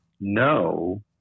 no